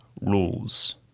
rules